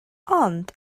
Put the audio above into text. ond